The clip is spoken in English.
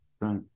Right